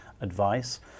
advice